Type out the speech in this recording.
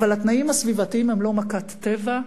אבל התנאים הסביבתיים הם לא מכת טבע.